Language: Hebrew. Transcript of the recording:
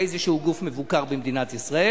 באיזה גוף מבוקר במדינת ישראל,